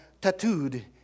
Tattooed